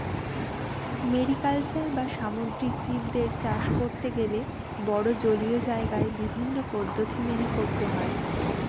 mariculture বা সামুদ্রিক জীবদের চাষ করতে গেলে বড়ো জলীয় জায়গায় বিভিন্ন পদ্ধতি মেনে করতে হয়